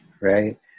right